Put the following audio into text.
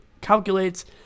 calculates